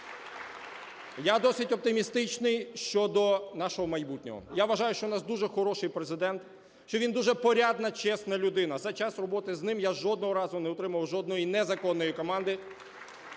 Я досить оптимістичний щодо нашого майбутнього. Я вважаю, що у нас дуже хороший Президент, що він дуже порядна, чесна людина. За час роботи з ним я жодного разу не отримував жодної незаконної команди,